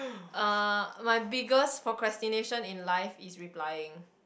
uh my biggest procrastination in life is replying